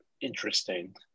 interesting